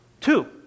Two